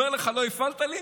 אמרתי לך "לא הפעלת לי",